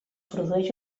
produeix